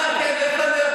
אתה, כן, לך תענה לטלפון.